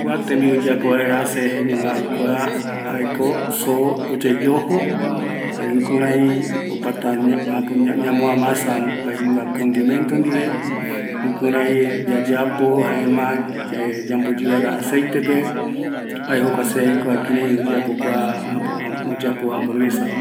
Kua tembiu oyeapo vaera se jaeñoma aikua, jaeko soo oyeyojo, jare jukurai opata ñamoamasa mbanunga condimento ndive, jukurai yayapo jaema yamboyɨ vaera aceitepe, jae jokua se aikua kirai oyeapo kua amburguesava